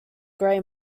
gray